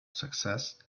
success